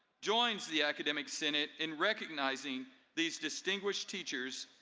joins the academic senate in recognizing these distinguished teachers,